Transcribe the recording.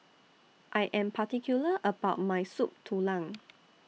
I Am particular about My Soup Tulang